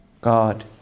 God